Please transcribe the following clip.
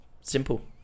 simple